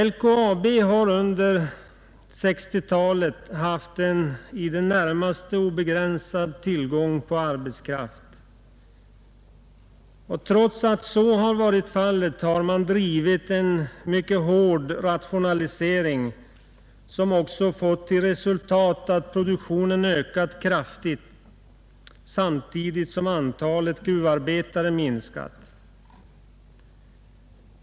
LKAB har under 1960-talet haft en i det närmaste obegränsad tillgång på arbetskraft. Trots att så varit fallet har man drivit en mycket hård rationalisering som fått till resultat att produktionen ökat kraftigt samtidigt som antalet gruvarbetare minskat.